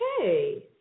okay